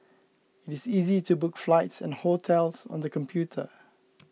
it is easy to book flights and hotels on the computer